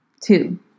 Two